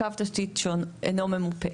קו תשתית שאינו ממופה.